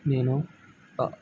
నేను